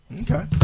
Okay